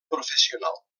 professional